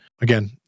again